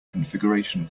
configuration